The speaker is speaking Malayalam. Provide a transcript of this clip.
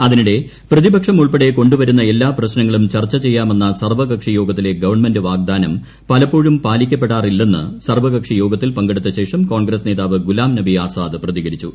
അതിനിടെ പ്രതിപക്ഷം ഉൾപ്പടെ കൊു വരുന്ന എല്ലാ പ്രശ്നങ്ങളും ചർച്ചചെയ്യാമെന്ന സർവ്വകക്ഷിയോഗത്തിലെ ഗവൺമെന്റ് വാഗ്ദാനം പലപ്പോഴും പാലിക്കപ്പെടാറില്ലെന്ന് സർവ്വകക്ഷിയോഗത്തിൽ പങ്കെടുത്ത ശേഷം കോൺഗ്രസ് ് നേതാവ് ഗുലാംനബി ആസാദ് പ്രതികരിച്ചു